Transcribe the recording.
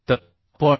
तर आपण 1